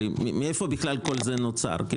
הרי מאיפה בכלל כל זה נוצר?